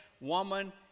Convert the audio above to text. woman